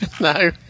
No